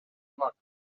luck